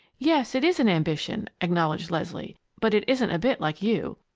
yes, it is an ambition, acknowledged leslie, but it isn't a bit like you.